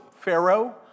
Pharaoh